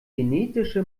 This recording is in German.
genetische